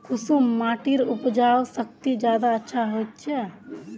कुंसम माटिर उपजाऊ शक्ति ज्यादा अच्छा होचए?